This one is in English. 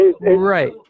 right